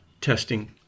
testing